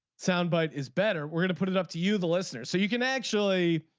soundbite is better we're going to put it up to you the listener. so you can actually